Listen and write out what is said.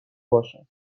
باشم